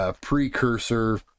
Precursor